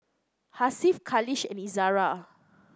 Hasif Khalish and Izzara